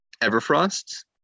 Everfrost